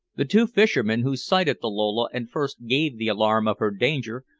the two fishermen who sighted the lola and first gave the alarm of her danger,